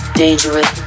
dangerous